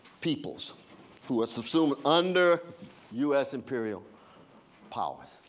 people who are subsumed under us imperial power.